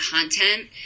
content